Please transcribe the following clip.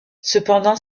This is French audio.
cependant